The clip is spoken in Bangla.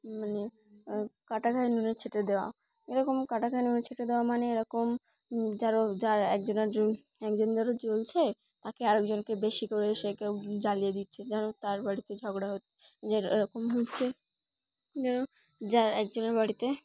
মানে কাটা ঘায়ে নুনের ছিটে দেওয়া এরকম কাটা ঘায়ে নুনের ছিটে দেওয়া মানে এরকম যারো যার একজনের একজন যারা জ্বলছে তাকে আরেকজনকে বেশি করে এসে কেউ জ্বালিয়ে দিচ্ছে যেন তার বাড়িতে ঝগড়া হচ্ছে যে এরকম হচ্ছে যেন যার একজনের বাড়িতে